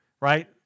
Right